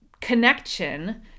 connection